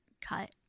cut